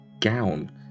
gown